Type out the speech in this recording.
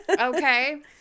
Okay